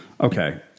Okay